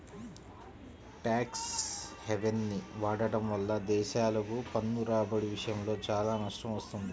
tax హెవెన్ని వాడటం వల్ల దేశాలకు పన్ను రాబడి విషయంలో చాలా నష్టం వస్తుంది